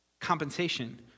compensation